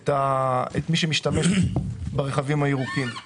את מי שמשתמש ברכבים הירוקים.